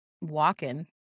walking